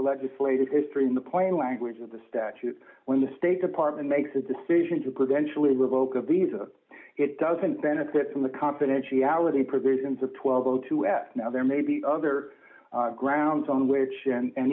the legislative history in the point language of the statute when the state department makes a decision to prudentially revoke a visa it doesn't benefit from the confidentiality provisions of twelve o two s now there may be other grounds on which and